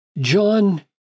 John